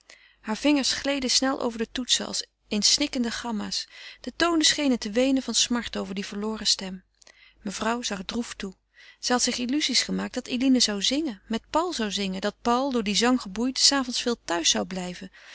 heur vingers gleden snel over de toetsen als in snikkende gamma's de tonen schenen te weenen van smart over die verloren stem mevrouw zag droef toe zij had zich illuzies gemaakt dat eline zou zingen met paul zou zingen dat paul door dien zang geboeid s avonds veel thuis zou blijven